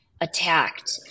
attacked